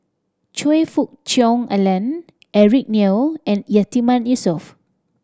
Choe Fook Cheong Alan Eric Neo and Yatiman Yusof